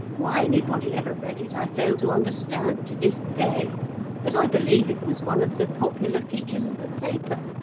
why anybody ever read it, i fail to understand to this day but i believe it was one of the popular features of the paper.